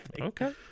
okay